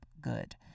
good